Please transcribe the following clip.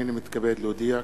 הנני מתכבד להודיע,